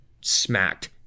smacked